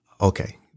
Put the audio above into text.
Okay